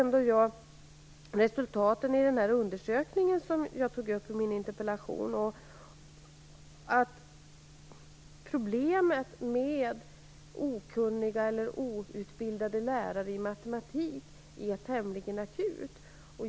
Resultatet av den undersökning som jag tog upp i min interpellation visar att problemet med okunniga eller outbildade lärare i matematik är tämligen akut.